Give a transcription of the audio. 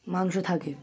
মাংস থাকে